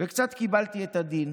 וקצת קיבלתי את הדין,